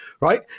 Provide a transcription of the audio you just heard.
right